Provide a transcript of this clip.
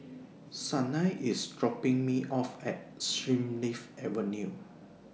Sanai IS dropping Me off At Springleaf Avenue